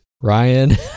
ryan